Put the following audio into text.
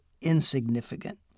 insignificant